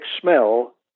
smell